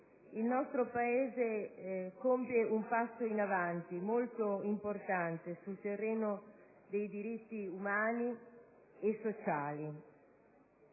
il nostro Paese compie un passo in avanti molto importante sul terreno dei diritti umani e sociali.